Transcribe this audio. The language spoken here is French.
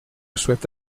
souhaite